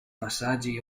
passaggi